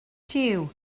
jiw